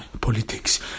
politics